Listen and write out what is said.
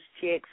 checks